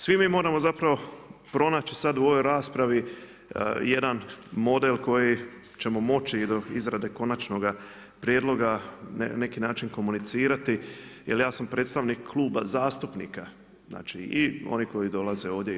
Svi mi moramo pronaći sada u ovoj raspravi jedan model koji ćemo moći i do izrade konačnoga prijedloga na neki način komunicirati jer ja sam predstavnik kluba zastupnika, znači i oni koji dolaze ovdje i u